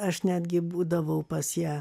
aš netgi būdavau pas ją